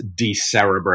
decerebrate